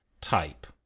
type